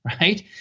right